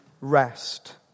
rest